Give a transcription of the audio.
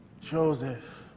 Joseph